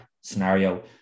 scenario